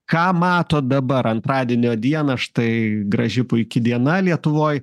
ką matot dabar antradienio dieną štai graži puiki diena lietuvoj